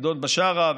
אדון בשארה,